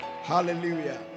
hallelujah